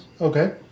Okay